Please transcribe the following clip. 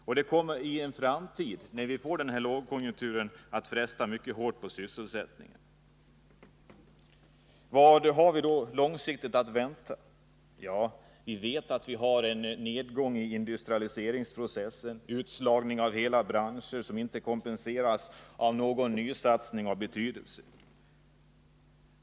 Och när vi i en framtid får en lågkonjunktur kommer det att fresta mycket hårt på sysselsättningen. Vad har vi då långsiktigt att vänta? Vi vet att vi har en nedgång i industrialiseringsprocessen, utslagning av hela branscher, som inte kompenseras av någon ny satsning av betydelse.